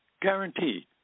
guaranteed